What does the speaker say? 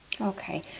Okay